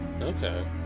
Okay